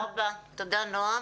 תודה רבה, תודה, נעם.